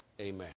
Amen